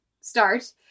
start